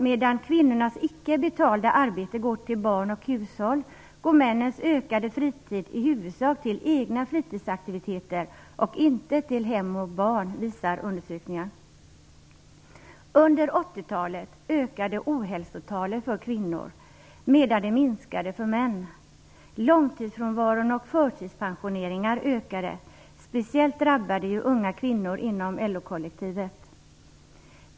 Medan kvinnornas icke betalda arbete ägnas åt barn och hushåll ägnas männens ökade fritid i huvudsak till egna fritidsaktiviteter och inte till hem och barn, visar undersökningar. Under 80-talet ökade ohälsotalet för kvinnor, medan det minskade för män. Långstidsfrånvaron och förtidspensioneringarna ökade. Speciellt drabbade är unga kvinnor inom LO-kollektivet.